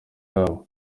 yabo